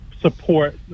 support